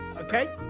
Okay